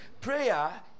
Prayer